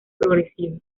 progresivo